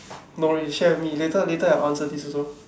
no leh share with me later later I answer this also